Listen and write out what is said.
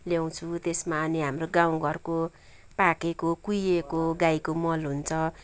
ल्याउँछु त्यसमा अनि हाम्रो गाउँघरको पाकेको कुहिएको गाईको मल हुन्छ